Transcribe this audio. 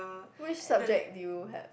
which subject did you have